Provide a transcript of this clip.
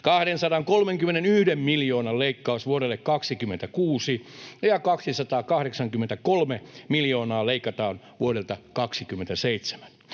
231 miljoonan leikkaus vuodelle 26, ja 283 miljoonaa leikataan vuodelta 27.